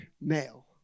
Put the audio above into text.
male